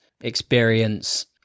experience